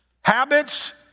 habits